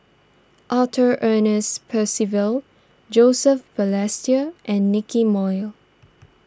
Arthur Ernest Percival Joseph Balestier and Nicky Moey